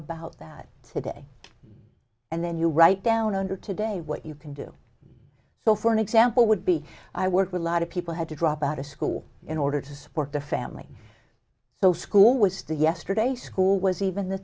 about that today and then you write down under today what you can do so for an example would be i work with a lot of people had to drop out of school in order to support a family so school was the yesterday school was even the